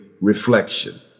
reflection